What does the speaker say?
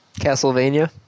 Castlevania